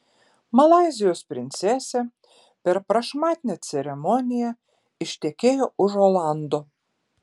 malaizijos princesė per prašmatnią ceremoniją ištekėjo už olando